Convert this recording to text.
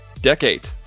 Decade